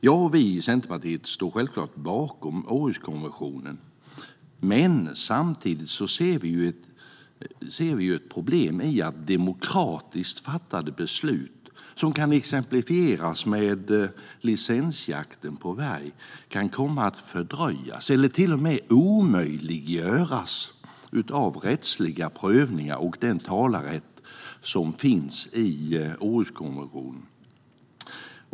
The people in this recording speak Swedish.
Jag och Centerpartiet står självklart bakom Århuskonventionen, men samtidigt ser vi ett problem i att demokratiskt fattade beslut, som kan exemplifieras med licensjakten på varg, kan komma att fördröjas eller till och med omöjliggöras av rättsliga prövningar och den talerätt som finns i Århuskonventionen.